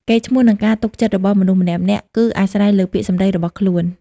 កេរ្តិ៍ឈ្មោះ និងការទុកចិត្តរបស់មនុស្សម្នាក់ៗ គឺអាស្រ័យលើពាក្យសម្ដីរបស់ខ្លួន។